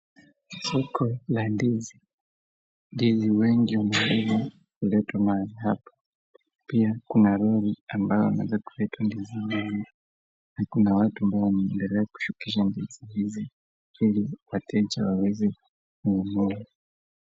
Soko la ndizi. Ndizi wengi wameletwa mahali hapa. Pia kuna lori ambayo imeweza kuleta ndizi nyingi na kuna watu ambao wanaendelea kushukisha ndizi hizi ili wateja waweze kununua.